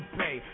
pay